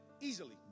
easily